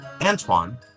Antoine